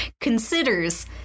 considers